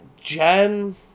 Jen